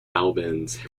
albans